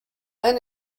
and